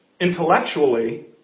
intellectually